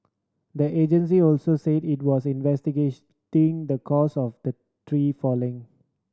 the agency also said it was investigating the cause of the tree falling